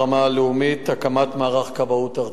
ברמה הלאומית: הקמת מערך כבאות ארצי.